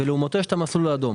ולעומתו, יש את המסלול האדום.